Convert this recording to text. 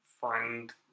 find